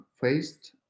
faced